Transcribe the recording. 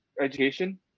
education